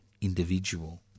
individual